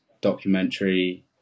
documentary